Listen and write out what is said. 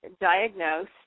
diagnosed